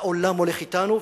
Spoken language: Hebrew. העולם הולך אתנו.